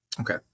Okay